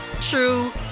true